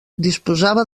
disposava